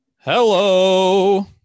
hello